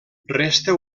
resta